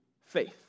faith